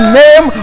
name